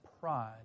pride